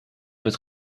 dit